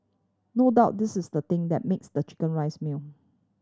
no doubt this is the thing that makes the chicken rice meal